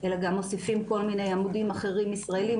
אלא גם מוסיפים כל מיני עמודים ישראליים אחרים,